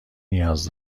نیاز